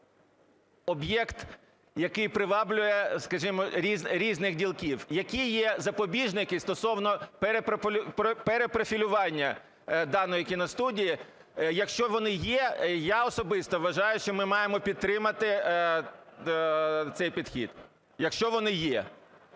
це об'єкт, який приваблює, скажімо, різних ділків. Які є запобіжники стосовно перепрофілювання даної кіностудії, якщо вони є? Я особисто вважаю, що ми маємо підтримати цей підхід, якщо вони є.